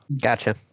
Gotcha